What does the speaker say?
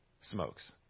smokes